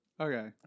Okay